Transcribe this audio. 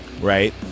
right